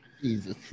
Jesus